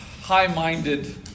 high-minded